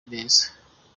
neza